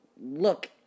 look